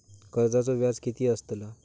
कर्जाचो व्याज कीती असताला?